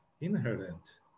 inherent